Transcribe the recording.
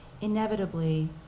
Inevitably